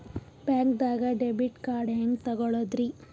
ಬ್ಯಾಂಕ್ದಾಗ debit card ಹೆಂಗ್ ತಗೊಳದ್ರಿ?